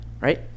Right